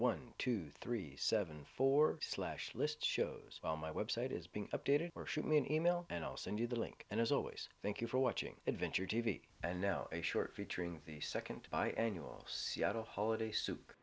one two three seven four slash list shows on my website is being updated or shoot me an email and i'll send you the link and as always thank you for watching adventure t v and now a short featuring the second by annual seattle holiday soup